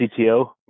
CTO